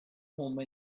home